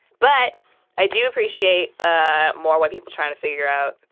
but i do appreciate ah more white people trying to figure out.